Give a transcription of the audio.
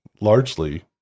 largely